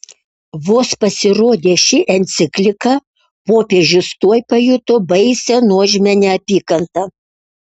vos pasirodė ši enciklika popiežius tuoj pajuto baisią nuožmią neapykantą